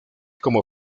como